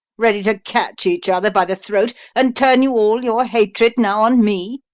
ready to catch each other by the throat, and turn you all your hatred now on me?